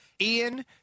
ian